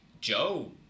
Joe